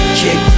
kick